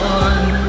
one